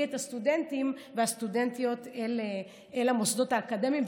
את הסטודנטים והסטודנטיות אל המוסדות האקדמיים,